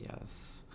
Yes